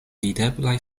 videblaj